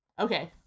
okay